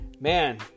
Man